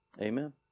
Amen